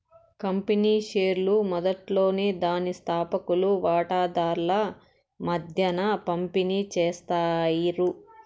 company షేర్లు మొదట్లోనే దాని స్తాపకులు వాటాదార్ల మద్దేన పంపిణీ చేస్తారు